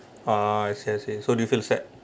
ah I see I see so do you feel sad